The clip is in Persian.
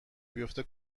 بیافته